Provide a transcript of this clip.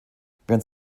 während